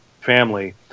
family